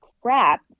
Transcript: crap